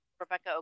Rebecca